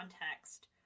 context